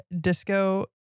Disco